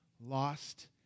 lost